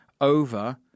over